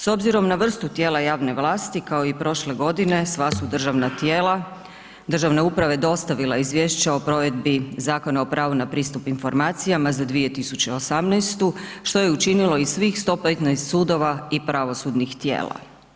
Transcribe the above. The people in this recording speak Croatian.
S obzirom na vrstu tijela javne vlasti, kao i prošle godine, sva su državna tijela, državne uprave dostavile izvješća o provedbi Zakona o pravu na pristup informacijama za 2018, što je učinilo i svih 115 sudova i pravosudnih tijela.